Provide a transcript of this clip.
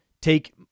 take